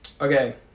Okay